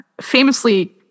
famously